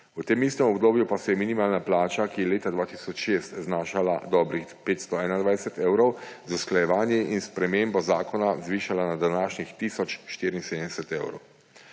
V tem istem obdobju pa se je minimalna plača, ki je leta 2006 znašala dobrih 521 evrov, z usklajevanji in spremembo zakona zvišala na današnjih 1074 evrov.